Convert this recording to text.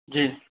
जी